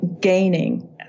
gaining